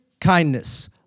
kindness